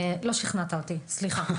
לא שכנעת אותי, סליחה.